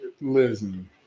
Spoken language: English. listen